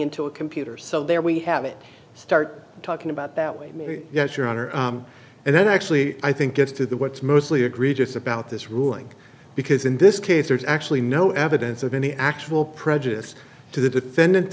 into a computer so there we have it start talking about that way yes your honor and then actually i think it's to the what's mostly agree just about this ruling because in this case there's actually no evidence of any actual prejudice to the defendant